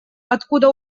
откуда